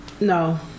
no